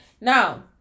now